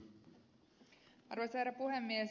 arvoisa herra puhemies